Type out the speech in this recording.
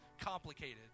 complicated